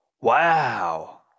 Wow